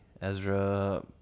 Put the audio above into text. Ezra